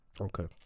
Okay